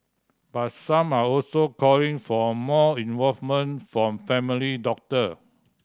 but some are also calling for more involvement from family doctor